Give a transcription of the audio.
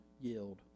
yield